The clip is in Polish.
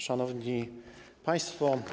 Szanowni Państwo!